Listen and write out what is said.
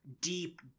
deep